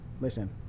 listen